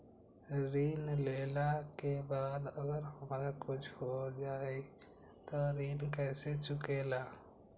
ऋण लेला के बाद अगर हमरा कुछ हो जाइ त ऋण कैसे चुकेला?